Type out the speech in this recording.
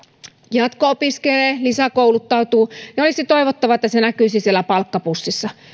jatko opiskelee lisäkouluttautuu niin olisi toivottavaa että se näkyisi siellä palkkapussissa